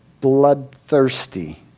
bloodthirsty